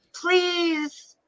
please